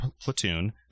platoon